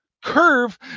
curve